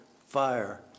fire